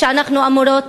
ואנחנו אמורות,